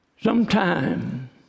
Sometime